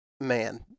man